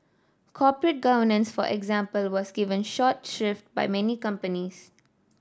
corporate governance for example was given short shrift by many companies